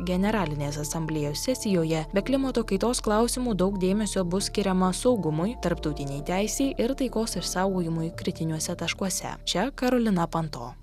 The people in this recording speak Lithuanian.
generalinės asamblėjos sesijoje be klimato kaitos klausimų daug dėmesio bus skiriama saugumui tarptautinei teisei ir taikos išsaugojimui kritiniuose taškuose čia karolina panto